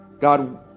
God